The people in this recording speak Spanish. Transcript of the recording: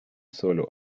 solo